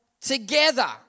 together